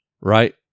Right